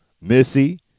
Missy